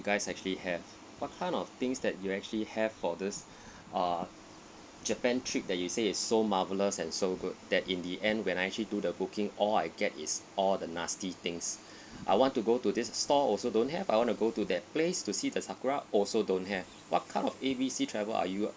guys actually have what kind of things that you actually have for this uh japan trip that you say is so marvellous and so good that in the end when I actually do the booking all I get is all the nasty things I want to go to this store also don't have I want to go to that place to see the sakura also don't have what kind of A B C travel are you